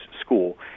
school